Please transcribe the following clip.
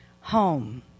home